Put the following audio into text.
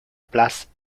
place